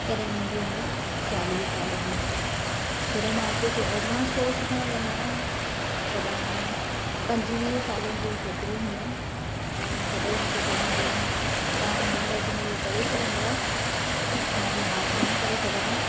तॾहिं मुंहिजी उमिरि चालीह साल हुई जॾहिं मां उते ऐडवांस कोर्स सिखण वयमि न तॾहिं पंजुवीह सालनि जियूं छोकिरियूं हुयूं ऐं सभई मूंखे चवनि पियूं तव्हां हिन एज में इहो करे सघंदव मां चयो हां छो न करे सघंदमि